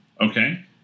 Okay